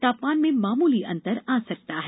तापमान में मामूली अंतर आ सकता है